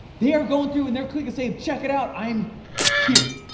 they are going through and they're clicking saying check it out, i'm here.